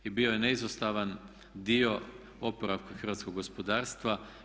I bio je neizostavan dio oporavka hrvatskog gospodarstva.